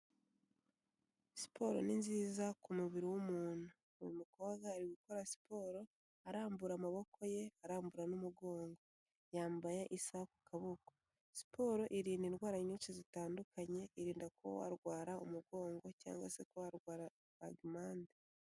Siporo ni nziza ku mubiri w'umuntu. Uyu mukobwa ari gukora siporo arambura amaboko ye, arambura n'umugongo, yambaye isaha ku kaboko. Siporo irinda indwara nyinshi zitandukanye, irinda kuba warwara umugongo cyangwa se kuba warwara rubagimpande.